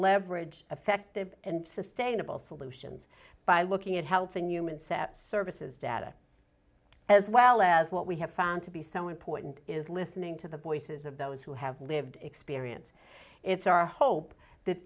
leverage effective and sustainable solutions by looking at health and human set services data as well as what we have found to be so important is listening to the voices of those who have lived experience it's our hope that